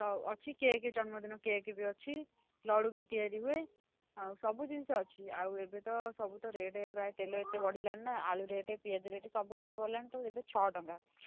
ଅଛି କେକ ଜନ୍ମଦିନ କେକ୍ ବି ଅଛି ଲଡ଼ୁ ବି ତିଆରି ହୁଏ ଆଉ ସବୁ ଜିନିଷ ଅଛି ଆଉ ଏବେ ତ ସବୁ ତ ରେଟ୍ ପ୍ରାୟ ତେଲ ଏତେ ବଢ଼ିଲାଣି ନା ଆଳୁ ରେଟ୍ ପିଆଜ ରେଟ୍ ସବୁ ରେଟ୍ ଗଲାଣି ତ ଏବେ ଛଅ ଟଙ୍କା